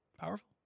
Powerful